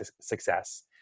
success